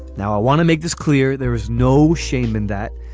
now i want to make this clear there is no shame in that.